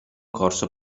corso